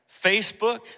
Facebook